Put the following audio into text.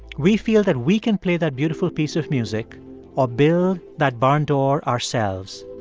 we feel that we can play that beautiful piece of music or build that barn door ourselves.